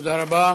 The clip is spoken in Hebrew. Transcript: תודה רבה.